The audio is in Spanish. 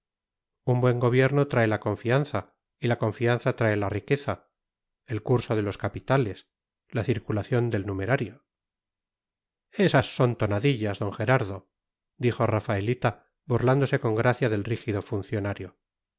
un buen gobierno trae la confianza y la confianza trae la riqueza el curso de los capitales la circulación del numerario esas son tonadillas d gerardo dijo rafaelita burlándose con gracia del rígido funcionario